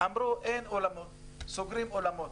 אמרו שאין אולמות ושסוגרים אולמות.